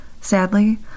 Sadly